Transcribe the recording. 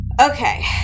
Okay